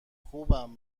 خوبم